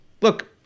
look